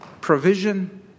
provision